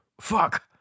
fuck